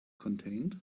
contained